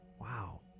Wow